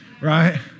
right